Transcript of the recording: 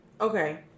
okay